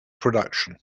production